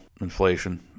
inflation